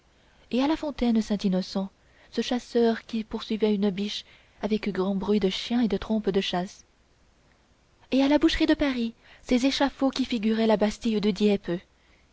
et à la fontaine saint innocent ce chasseur qui poursuivait une biche avec grand bruit de chiens et de trompes de chasse et à la boucherie de paris ces échafauds qui figuraient la bastille de dieppe